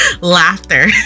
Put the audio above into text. laughter